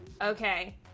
okay